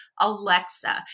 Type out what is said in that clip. Alexa